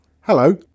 Hello